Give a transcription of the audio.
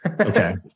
Okay